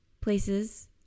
places